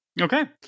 Okay